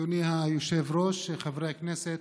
אדוני היושב-ראש, חברי הכנסת,